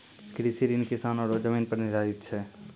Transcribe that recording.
कृषि ऋण किसानो रो जमीन पर निर्धारित छै